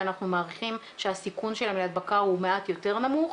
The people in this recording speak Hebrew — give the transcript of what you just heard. מעריכים שהסיכון שלהם להדבקה הוא מעט יותר נמוך,